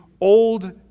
old